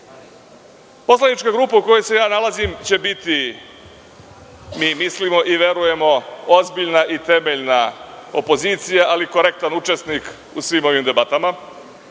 danas. Poslanička grupa u kojoj se ja nalazim će biti, mislimo i verujemo, ozbiljna i temeljna opozicija, ali korektan učesnik u svim ovim debatama.